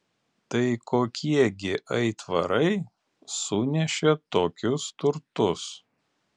tai kokie gi aitvarai sunešė tokius turtus